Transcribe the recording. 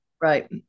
Right